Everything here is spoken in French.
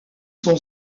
son